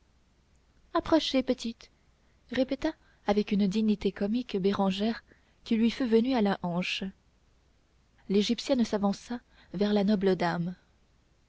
approchez petite répéta avec une dignité comique bérangère qui lui fût venue à la hanche l'égyptienne s'avança vers la noble dame